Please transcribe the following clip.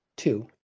Two